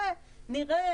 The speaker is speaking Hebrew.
נראה,